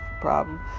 problem